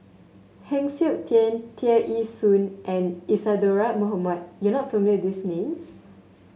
Heng Siok Tian Tear Ee Soon and Isadhora Mohamed you are not familiar these names